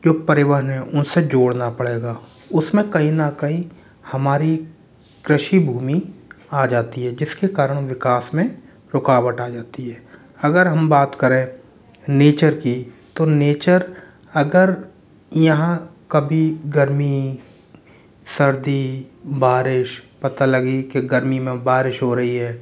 परिवहन है उनसे जोड़ना पड़ेगा उसमें कहीं न कहीं हमारी कृषि भूमि आ जाती है जिसके कारण विकास में रुकावट आ जाती है अगर हम बात करें नेचर की तो नेचर अगर यहाँ कभी गर्मी सर्दी बारिश पता लगी की गर्मी में बारिश हो रही है